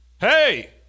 hey